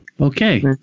Okay